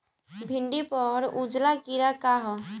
भिंडी पर उजला कीड़ा का है?